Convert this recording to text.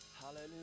hallelujah